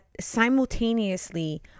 Simultaneously